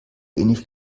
ähnlich